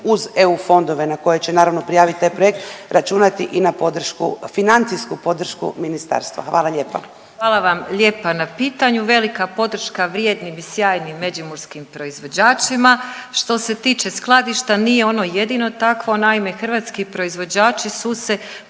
uz EU fondove na koje će, naravno, prijaviti taj projekt, računati i na podršku, financijsku podršku Ministarstva? Hvala lijepa. **Vučković, Marija (HDZ)** Hvala vam lijepa na pitanju. Velika podrška vrijednim i sjajnim međimurskim proizvođačima. Što se tiče skladišta, nije ono jedino takvo. Naime, hrvatski proizvođači su se